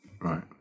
Right